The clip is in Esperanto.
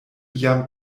jam